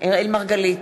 אראל מרגלית,